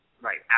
Right